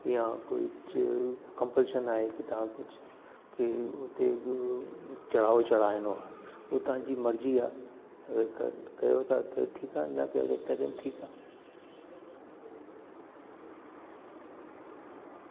या कोई कम्पलशन आहे की तव्हां कुझु की हुते चढ़ावो चढ़ाइणो आहे उहो तव्हांजी मर्ज़ी आहे अगरि कर्म कयो था त ठीकु आहे न कयो त तॾहिं बि ठीकु आहे